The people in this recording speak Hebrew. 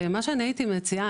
מה שאני הייתי מציעה,